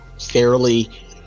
fairly